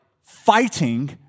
fighting